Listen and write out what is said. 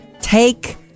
take